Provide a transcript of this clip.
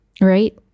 Right